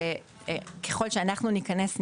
שככל שאנחנו ניכנס,